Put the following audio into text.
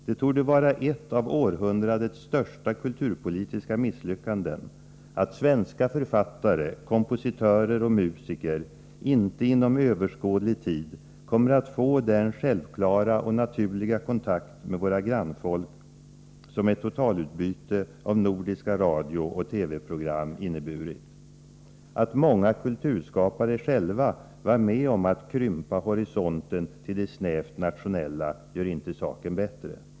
Det torde vara ett av århundradets största kulturpolitiska misslyckanden att svenska författare, kompositörer och musiker inte inom överskådlig tid kommer att få den självklara och naturliga kontakt med våra grannfolk som ett totalutbyte av nordiska radiooch TV-program hade inneburit. Att många kulturskapare själva var med om att krympa horisonten till det snävt nationella gör inte saken bättre.